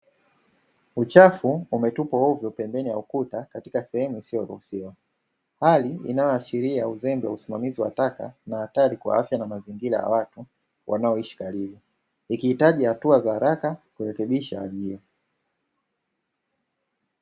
Uchafu umetupwa ovyo pembeni ya ukuta katika sehemu isiyoruhusiwa. Hali inayoashiria uzembe usimamizi wa taka na hatari kwa afya na mazingira ya watu, wanaoishi karibu. Ikihitaji hatua za haraka kurekebisha hali hiyo.